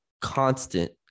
constant